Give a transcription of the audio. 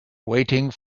waiting